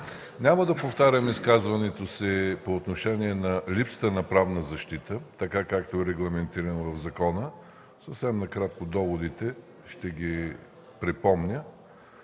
няма да повтарям изказването си по отношение на липсата на правна защита, така както е регламентирано в закона. Съвсем накратко ще припомня